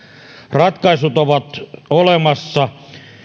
ratkaisut ovat olemassa